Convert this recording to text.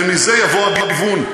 ומזה יבוא הגיוון,